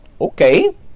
okay